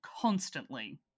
constantly